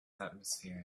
atmosphere